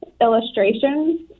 illustrations